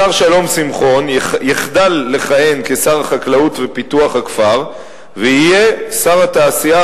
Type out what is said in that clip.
השר שלום שמחון יחדל לכהן כשר החקלאות ופיתוח הכפר ויהיה שר התעשייה,